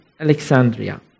Alexandria